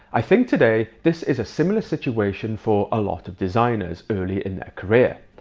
i think today this is a similar situation for a lot of designers early in their career.